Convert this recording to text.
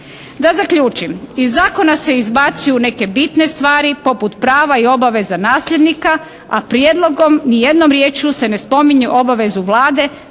Da zaključim, iz zakona se izbacuju neke bitne stvari poput prava i obaveza nasljednika, a prijedlogom ni jednom riječju se ne spominju obavezu Vlade